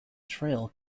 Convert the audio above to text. trail